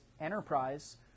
enterprise